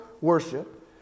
worship